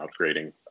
upgrading